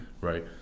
right